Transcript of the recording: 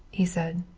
he said.